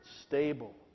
stable